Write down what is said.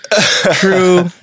True